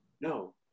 No